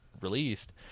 released